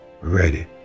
ready